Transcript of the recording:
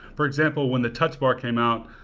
for example, when the touch bar came out,